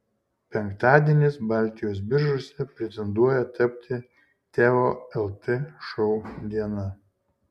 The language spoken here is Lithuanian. penktadienis baltijos biržose pretenduoja tapti teo lt šou diena